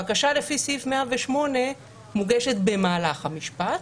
בקשה לפי סעיף 108 מוגשת במהלך המשפט,